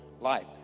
life